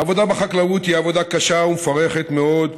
העבודה בחקלאות היא עבודה קשה ומפרכת מאוד,